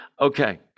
Okay